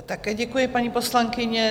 Také děkuji, paní poslankyně.